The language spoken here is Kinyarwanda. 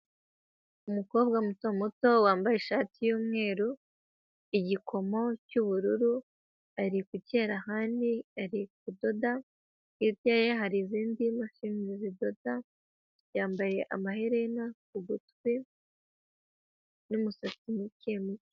Umukobwa muto muto wambaye ishati y'umweru, igikomo cyubururu ari ku cyarahani, ari kudoda, hirya ye hari izindi mashini zidoda, yambaye amaherena ku gutwi, N'umusatsi muke muke.